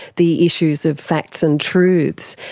the issues of facts and truths,